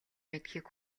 мэдэхийг